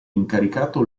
incaricato